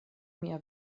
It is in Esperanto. mia